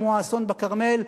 כמו האסון בכרמל,